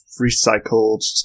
recycled